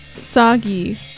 soggy